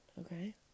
okay